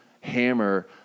hammer